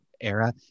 era